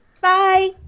Bye